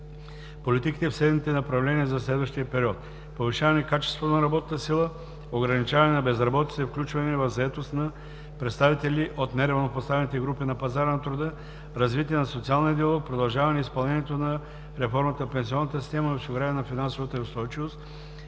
политиките в следните направления за следващия период: повишаване качеството на работната сила; ограничаване на безработицата и включване в заетост на представители от неравнопоставените групи на пазара на труда; развитие на социалния диалог; продължаване изпълнението на реформата в пенсионната система и осигуряване на финансовата й устойчивост;